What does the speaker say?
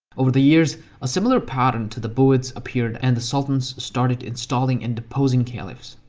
over the years a similar pattern to the buyids appeared and the sultans started installing and deposing caliphs.